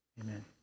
Amen